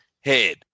head